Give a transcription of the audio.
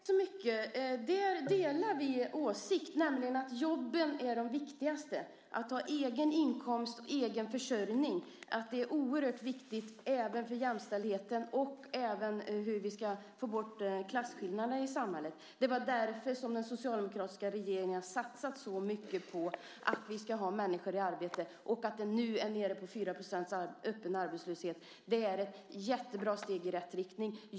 Herr talman! Där delar vi åsikt: Jobben är det viktigaste. Att ha egen inkomst och egen försörjning är oerhört viktigt även för jämställdheten och för att kunna få bort klasskillnaderna i samhället. Det var därför den socialdemokratiska regeringen satsade så mycket på att vi ska ha människor i arbete. Att vi nu är nere på 4 % öppen arbetslöshet är ett jättebra steg i rätt riktning.